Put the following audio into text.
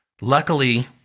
Luckily